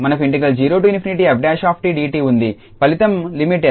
అంటే మనకు0𝑓′𝑡𝑑𝑡 ఉంది ఫలితం లిమిట్ 𝑠→0 𝑠𝐹𝑠−𝑓 మరియు ఇది ఇక్కడ 𝑓′ అంటే 𝑓